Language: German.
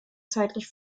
zeitlich